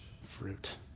fruit